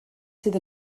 sydd